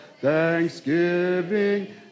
thanksgiving